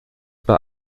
bei